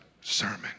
sermon